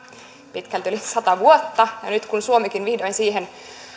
pitkälti yli sata vuotta mutta nyt kun suomikin vihdoin siihen